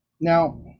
Now